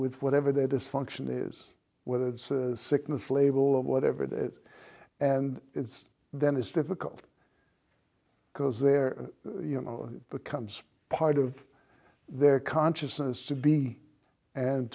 with whatever their dysfunction is whether it's sickness label or whatever that and then it's difficult because they're you know becomes part of their consciousness to be and